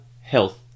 health